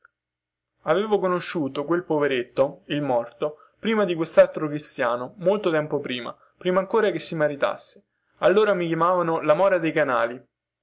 avevo conosciuto quel poveretto ch'è morto prima di questaltro cristiano molto tempo prima prima ancora che si maritasse allora mi chiamavano la mora dei canali